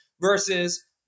versus